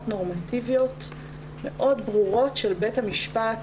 נורמטיביות מאוד ברורות של בית המשפט,